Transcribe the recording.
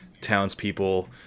townspeople